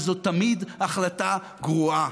וזאת תמיד החלטה גרועה.